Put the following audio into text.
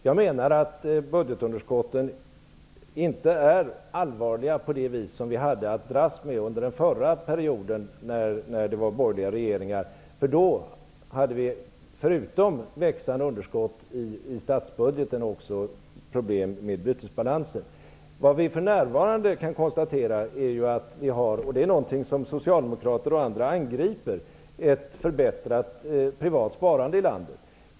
Jag menar att budgetunderskotten inte är allvarliga på det sätt som de underskott vi hade att dras med under den förra borgerliga regeringsperioden. Då hade vi förutom växande underskott i statsbudgeten också problem med bytesbalansen. För närvarande kan vi konstatera -- och det är något som Socialdemokrater och andra angriper -- att vi har ett förbättrat privat sparande i landet.